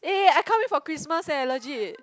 eh eh I can't wait for Christmas leh legit